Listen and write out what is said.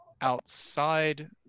outside